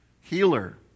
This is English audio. healer